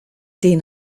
den